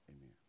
Amen